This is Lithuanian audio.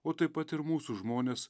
o taip pat ir mūsų žmones